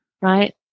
Right